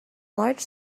large